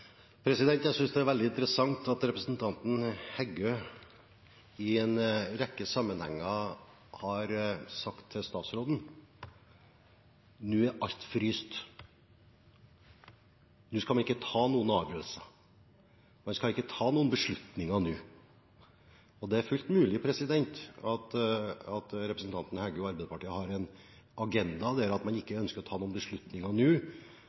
Jeg synes det er veldig interessant at representanten Heggø i en rekke sammenhenger har sagt til statsråden at nå er alt fryst, nå skal en ikke ta noen avgjørelser – en skal ikke ta noen beslutninger nå. Det er fullt mulig at representanten Heggø og Arbeiderpartiet har en agenda der man ikke ønsker å ta de beslutningene nå,